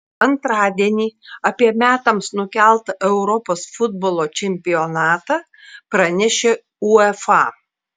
antradienį apie metams nukeltą europos futbolo čempionatą pranešė uefa